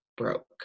broke